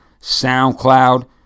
SoundCloud